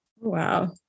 wow